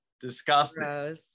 disgusting